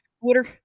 Water